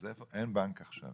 אז אין בנק עכשיו